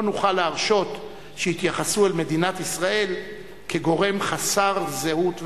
לא נוכל להרשות שיתייחסו אל מדינת ישראל כגורם חסר זהות ועצמאות.